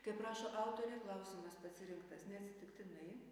kaip rašo autorė klausimas pasirinktas neatsitiktinai